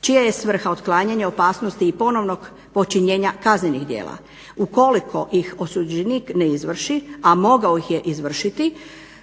čija je svrha otklanjanje opasnosti i ponovnog počinjenja kaznenih djela. Ukoliko ih osuđenik ne izvrši, a mogao ih je izvršiti